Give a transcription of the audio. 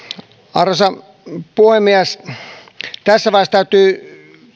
arvoisa puhemies tässä vaiheessa täytyy